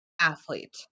athlete